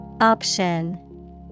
Option